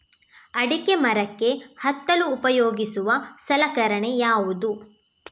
ಅಡಿಕೆ ಮರಕ್ಕೆ ಹತ್ತಲು ಉಪಯೋಗಿಸುವ ಸಲಕರಣೆ ಯಾವುದು?